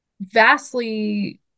vastly